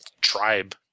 tribe